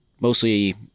mostly